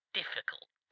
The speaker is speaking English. difficult